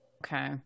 Okay